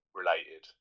related